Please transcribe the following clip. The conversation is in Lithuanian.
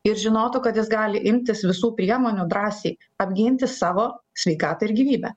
ir žinotų kad jis gali imtis visų priemonių drąsiai apginti savo sveikatą ir gyvybę